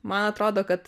man atrodo kad